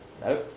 No